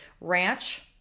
Ranch